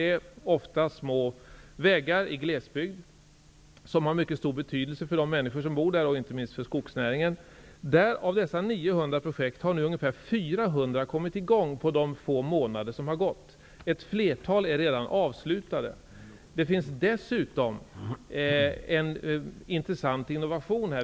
Ofta gäller det små vägar i glesbygd som har mycket stor betydelse för de människor som bor där och inte minst för skogsnäringen. Av dessa 900 projekt har nu 400 kommit i gång under de få månader som har gått. Ett flertal projekt är redan avslutade. Dessutom har det införts en intressant innovation.